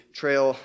trail